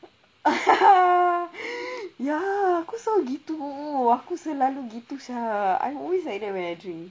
ya aku selalu gitu aku selalu gitu sia I always like that when I drink